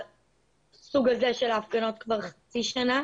בסוג הזה של ההפגנות, כבר חצי שנה.